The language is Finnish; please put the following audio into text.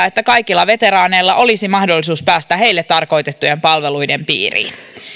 että kaikilla veteraaneilla olisi mahdollisuus päästä heille tarkoitettujen palveluiden piiriin